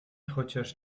chociaż